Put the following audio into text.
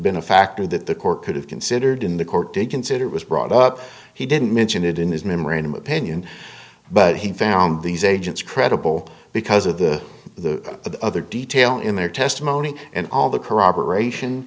a factor that the court could have considered in the court did consider was brought up he didn't mention it in his memorandum opinion but he found these agents credible because of the the other detail in their testimony and all the corroboration